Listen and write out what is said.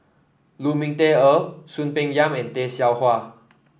Lu Ming Teh Earl Soon Peng Yam and Tay Seow Huah